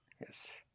Yes